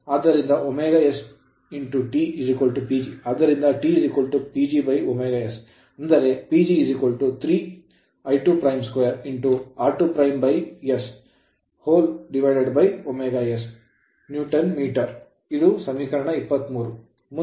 ಆದ್ದರಿಂದ ωs T PG ಆದ್ದರಿಂದ T PGωs ಅಂದರೆ PG 3 I22 r2s ωs newton metre ಇದು ಸಮೀಕರಣ 23